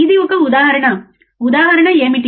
ఇది ఒక ఉదాహరణ ఉదాహరణ ఏమిటి